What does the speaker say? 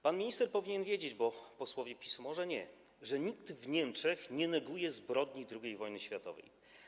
Pan minister powinien wiedzieć, bo posłowie PiS może nie, że nikt w Niemczech nie neguje zbrodni II wojny światowej.